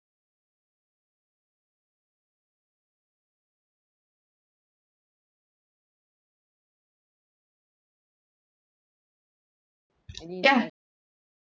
ya